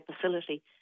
facility